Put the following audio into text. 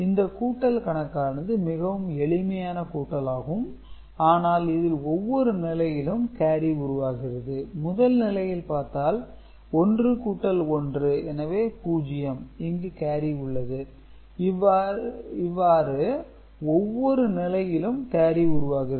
இந்த கூட்டல்கணக்கானது மிகவும் எளிமையான கூட்டல் ஆகும் ஆனால் இதில் ஒவ்வொரு நிலையிலும் கேரி உருவாகிறது முதல் நிலையில் பார்த்தால் 1 கூட்டல் 1 எனவே 0 இங்கு கேரி உள்ளது இவ்வாறு ஒவ்வொரு நிலையிலும் கேரி உருவாகிறது